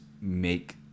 make